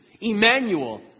Emmanuel